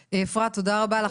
אפרת, תודה רבה לך.